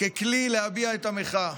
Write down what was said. ככלי להביע את המחאה.